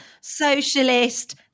socialist